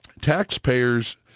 taxpayers